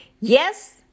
Yes